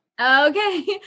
Okay